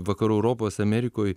vakarų europos amerikoje